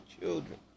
children